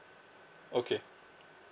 okay